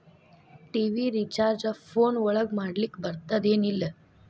TV recharge phone ಒಳಗ ಮಾಡ್ಲಿಕ್ ಬರ್ತಾದ ಏನ್ ಇಲ್ಲ?